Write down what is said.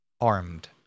Armed